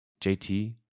JT